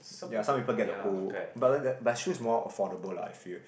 ya some people get the old but but is more affordable lah I feel